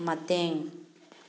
ꯃꯇꯦꯡ